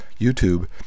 YouTube